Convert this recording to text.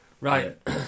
Right